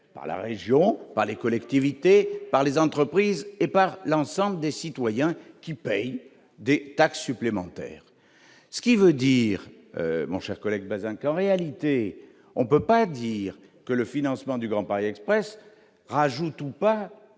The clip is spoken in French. par la région par les collectivités par les entreprises et par l'ensemble des citoyens qui payent de taxes supplémentaires, ce qui veut dire mon cher collègue, Bazin quand réalité on peut pas dire que le financement du Grand Paris Express rajoutons pas